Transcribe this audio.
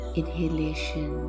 inhalation